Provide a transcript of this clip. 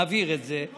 מעביר את זה,